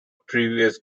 previous